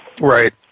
Right